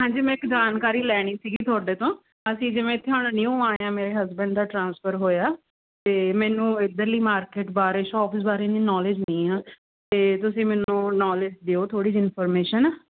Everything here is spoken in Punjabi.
ਹਾਂਜੀ ਮੈਂ ਇੱਕ ਜਾਣਕਾਰੀ ਲੈਣੀ ਸੀਗੀ ਤੁਹਾਡੇ ਤੋਂ ਅਸੀਂ ਜਿਵੇਂ ਇੱਥੇ ਹੁਣ ਨਿਊ ਆਏ ਹਾਂ ਮੇਰੇ ਹਸਬੈਂਡ ਦਾ ਟਰਾਂਸਫਰ ਹੋਇਆ ਅਤੇ ਮੈਨੂੰ ਇੱਧਰਲੀ ਮਾਰਕੀਟ ਬਾਰੇ ਸ਼ੋਪਸ ਬਾਰੇ ਇੰਨੀ ਨੌਲੇਜ ਨਹੀਂ ਆ ਅਤੇ ਤੁਸੀਂ ਮੈਨੂੰ ਨਾਲੇਜ ਦਿਓ ਥੋੜ੍ਹੀ ਜਿਹੀ ਇਨਫੋਰਮੇਸ਼ਨ